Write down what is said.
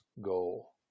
goal